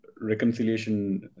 reconciliation